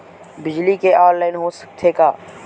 बिजली के ऑनलाइन हो सकथे का?